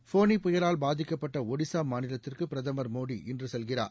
ஃபோனி புயலால் பாதிக்கப்பட்ட ஒடிசா மாநிலத்திற்கு பிரதமர் மோடி இன்று சொல்கிறார்